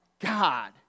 God